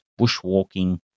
Bushwalking